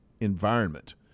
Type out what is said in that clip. environment